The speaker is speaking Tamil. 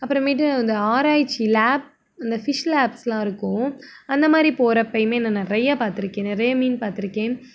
அப்புறமேட்டு இந்த ஆராய்ச்சி லேப் இந்த ஃபிஷ் லேப்ஸ்லாம் இருக்கும் அந்தமாதிரி போகிறப்பையுமே நான் நிறைய பார்த்துருக்கேன் நிறைய மீன் பார்த்துருக்கேன்